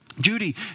Judy